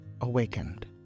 awakened